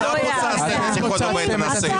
אתם פוצצתם את השיחות בבית הנשיא.